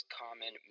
common